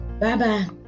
Bye-bye